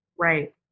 Right